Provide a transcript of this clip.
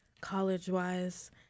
college-wise